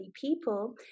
people